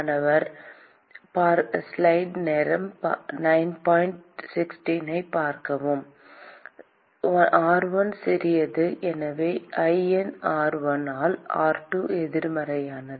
மாணவர் r1 சிறியது எனவே ln r1 ஆல் r2 எதிர்மறையானது